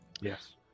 Yes